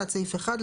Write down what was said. תת סעיף 1,